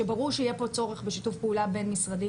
כשברור שיהיה פה צורך בשיתוף פעולה בין משרדים,